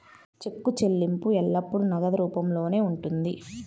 చెక్కు చెల్లింపు ఎల్లప్పుడూ నగదు రూపంలోనే ఉంటుంది